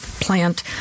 plant